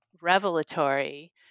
revelatory